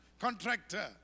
contractor